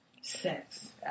Sex